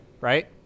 right